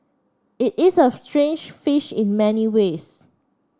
it is a strange fish in many ways